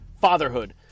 fatherhood